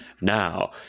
now